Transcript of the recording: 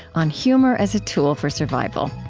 on humor as a tool for survival.